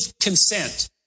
consent